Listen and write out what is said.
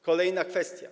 Kolejna kwestia.